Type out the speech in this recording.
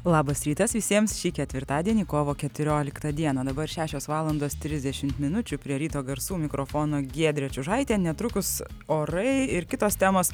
labas rytas visiems šį ketvirtadienį kovo keturioliktą dieną dabar šešios valandos trisdešimt minučių prie ryto garsų mikrofono giedrė čiužaitė netrukus orai ir kitos temos